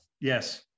Yes